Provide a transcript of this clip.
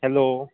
hello